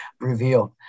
revealed